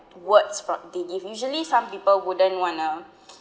words from they usually some people wouldn't want to